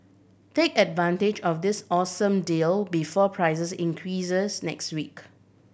take advantage of this awesome deal before prices increases next week